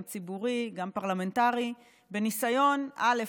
גם ציבורי, גם פרלמנטרי, בניסיון, א.